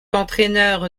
entraîneur